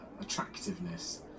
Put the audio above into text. attractiveness